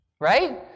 Right